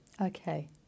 Okay